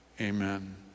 Amen